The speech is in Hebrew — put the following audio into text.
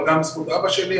אבל גם בזכות אבא שלי,